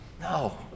No